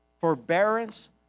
forbearance